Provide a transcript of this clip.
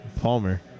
Palmer